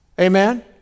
Amen